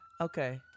okay